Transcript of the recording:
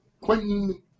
quentin